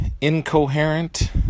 incoherent